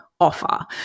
offer